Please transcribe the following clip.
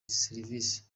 servisi